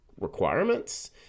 requirements